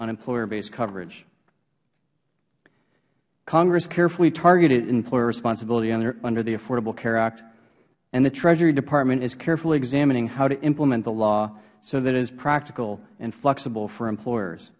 on employer based coverage congress carefully targeted employer responsibility under the affordable care act and the treasury department is carefully examining how to implement the law so that it is practical and flexible for employers